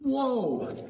Whoa